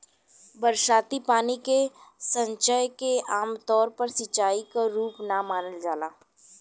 बरसाती पानी के संचयन के आमतौर पर सिंचाई क रूप ना मानल जाला